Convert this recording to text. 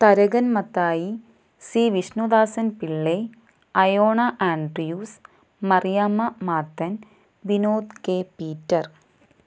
Tharakan Mathai C Vishnudasan Pillai Ayona Adrius Mariamma Mathan Vinod K Peter